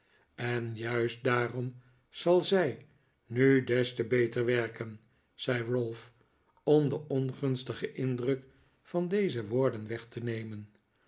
en juist daarom zal zij nu des te beter werken zei ralph om den ongunstigen indruk van deze woorden weg te nemen